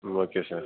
ம் okay sir